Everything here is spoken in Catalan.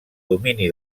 domini